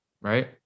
right